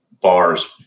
bars